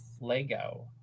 Lego